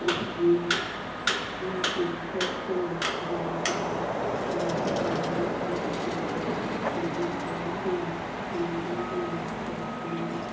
ना ना सिंगिखो जोङो जानो हाब्ला खुसिया बामि बायदिसिनाखो हमनो हायो जोङो हमनानै जोङो न'फोराव लाबोनो